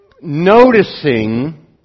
noticing